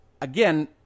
Again